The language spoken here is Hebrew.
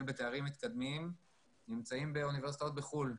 בתארים מתקדמים נמצאים באוניברסיטאות בחו"ל.